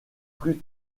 plus